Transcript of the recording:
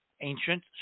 ancient